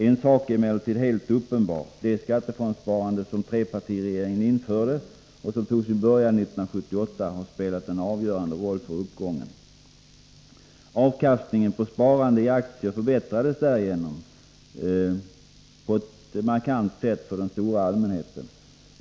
En sak är emellertid helt uppenbar, Det skattefondssparande som trepartiregeringen införde och som tog sin början 1978 har spelat en avgörande roll för uppgången. Avkastningen på sparande i aktier förbättrades därigenom på ett markant sätt för den stora allmänheten.